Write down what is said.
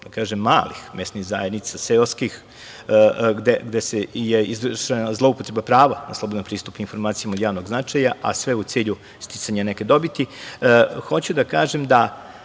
to, kažem, malih mesnih zajednica, seoskih, gde je izvršena zloupotreba prava na slobodan pristup informacijama od javnog značaja, a sve u cilju sticanja neke dobiti. Hoću